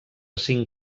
cinc